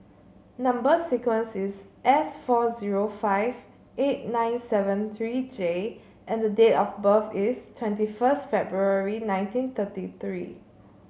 number sequence is S four zero five eight nine seven three J and the date of birth is twenty first February nineteen thirty three